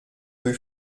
rue